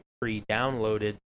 pre-downloaded